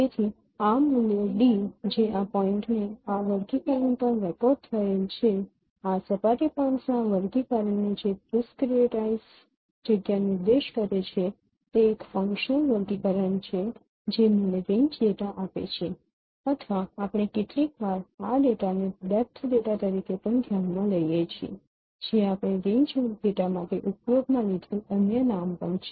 તેથી આ મૂલ્ય ડી જે આ પોઈન્ટએ અને આ વર્ગીકરણ પર રેકોર્ડ થયેલ છે આ સપાટી પોઇન્ટ્સના આ વર્ગીકરણ જે ડિસક્રીટાઈઝ જગ્યા નિર્દેશ કરે છે તે એક ફંક્શનલ વર્ગીકરણ છે જે મને રેન્જ ડેટા આપે છે અથવા આપણે કેટલીકવાર આ ડેટાને ડેપ્થ ડેટા તરીકે પણ ધ્યાનમાં લઈએ છીએ જે આપણે રેન્જ ડેટા માટે ઉપયોગમાં લીધેલ અન્ય નામ પણ છે